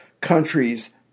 countries